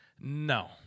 No